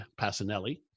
Passanelli